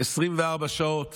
24 שעות